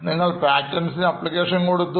നിങ്ങൾ PATENTS സിന് application കൊടുത്തു